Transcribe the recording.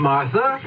Martha